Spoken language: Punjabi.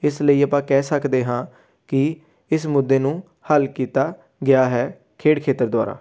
ਇਸ ਲਈ ਆਪਾਂ ਕਹਿ ਸਕਦੇ ਹਾਂ ਕਿ ਇਸ ਮੁੱਦੇ ਨੂੰ ਹੱਲ ਕੀਤਾ ਗਿਆ ਹੈ ਖੇਡ ਖੇਤਰ ਦੁਆਰਾ